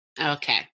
okay